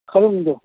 ꯈꯔꯨꯡꯗꯣ